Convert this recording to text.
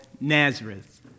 Nazareth